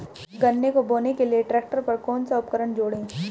गन्ने को बोने के लिये ट्रैक्टर पर कौन सा उपकरण जोड़ें?